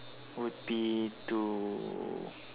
would be to